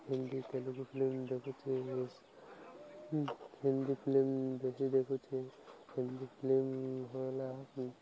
Hindi Telugu film ଦେଖୁଛି ବ Hindi film ବେଶୀ ଦେଖୁଛି ହିନ୍ଦୀ ଫିଲ୍ମ ହେଲା